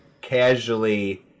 casually